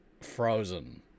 frozen